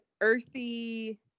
earthy